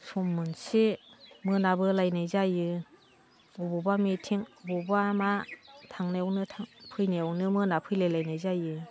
सम मोनसे मोनाबोलायनाय जायो अबावबा मिटिं अबावबा मा थांनायावनो फैनायावनो मोनाफैलायनाय जायो